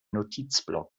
notizblock